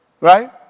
Right